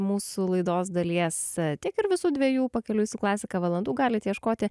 mūsų laidos dalies tiek ir visų dvejų pakeliui su klasika valandų galit ieškoti